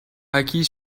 acquis